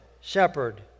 shepherd